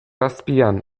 azpian